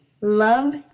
love